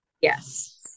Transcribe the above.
yes